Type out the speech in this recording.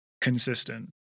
consistent